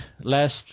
last